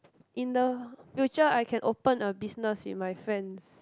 in the future I can open a business with my friends